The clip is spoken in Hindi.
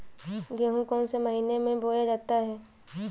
गेहूँ कौन से महीने में बोया जाता है?